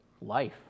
life